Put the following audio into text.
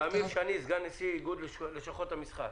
אמיר שני, סגן נשיא איגוד לשכות המסחר.